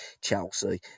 Chelsea